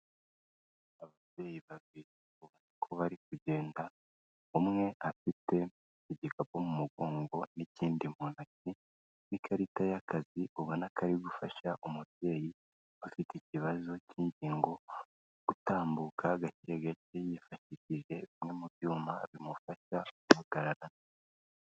Ababyeyi babiri ubona ko bari kugenda, umwe afite igikapu mu mugongo n'ikindi ntoki, n'ikarita y'akazi ubona kari gufasha umubyeyi afite ikibazo cy'ingingo utambuka gake gake yifashishije bimwe mu byuma bimufasha guhagarara.